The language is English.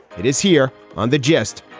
it is here on the gist.